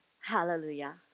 Hallelujah